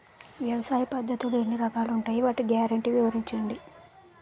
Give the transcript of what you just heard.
వ్యవసాయ పద్ధతులు ఎన్ని రకాలు ఉంటాయి? వాటి గ్యారంటీ వివరించండి?